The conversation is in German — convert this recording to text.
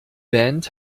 band